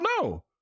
no